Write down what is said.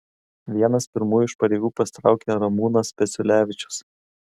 vienas pirmųjų iš pareigų pasitraukė ramūnas peciulevičius